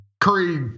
Curry